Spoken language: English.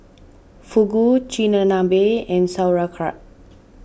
Fugu Chigenabe and Sauerkraut